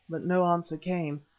but no answer came.